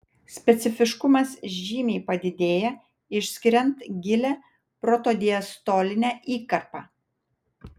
specifiškumas žymiai padidėja išskiriant gilią protodiastolinę įkarpą